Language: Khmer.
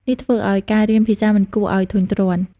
នេះធ្វើឲ្យការរៀនភាសាមិនគួរឲ្យធុញទ្រាន់។